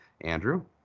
Andrew